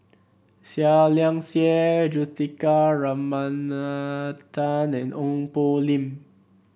Seah Liang Seah Juthika Ramanathan and Ong Poh Lim